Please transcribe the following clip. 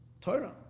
Torah